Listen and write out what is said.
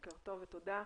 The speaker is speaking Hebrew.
תודה.